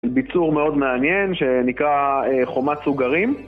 ביצור מאוד מעניין שנקרא חומת סוגרים